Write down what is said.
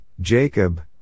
Jacob